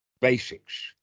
basics